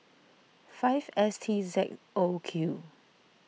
five S T Z O Q